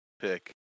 pick